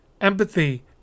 empathy